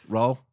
Roll